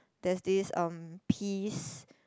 there's these um peas